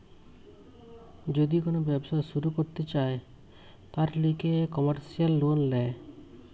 যদি কোন ব্যবসা শুরু করতে চায়, তার লিগে কমার্সিয়াল লোন ল্যায়